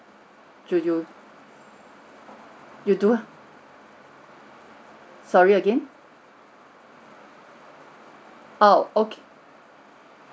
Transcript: do you you do uh sorry again orh okay